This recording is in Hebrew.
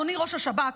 אדוני ראש השב"כ,